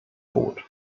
tot